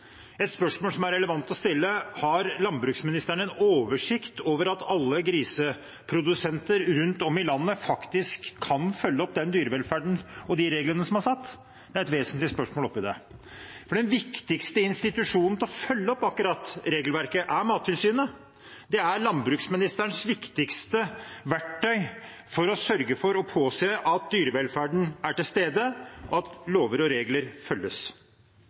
Et spørsmål som er relevant å stille, er: Har landbruksministeren en oversikt over at alle griseprodusenter rundt om i landet faktisk kan følge opp den dyrevelferden og de reglene som er satt? Det er et vesentlig spørsmål i dette. Den viktigste institusjonen for å følge opp akkurat dette regelverket er Mattilsynet. Det er landbruksministerens viktigste verktøy for å sørge for og påse at dyrevelferden er til stede, og at lover og regler følges.